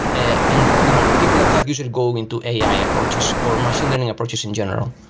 ah and you know people like that usually go into ai approaches or machine learning approaches in general.